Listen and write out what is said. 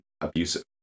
abusive